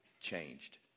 changed